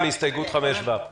הסתייגות 5ו המפורסמת שהתקבלה.